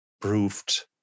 proved